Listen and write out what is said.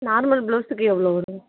normal ப்ளௌஸுக்கு எவ்வளளோ வருங்க